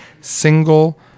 single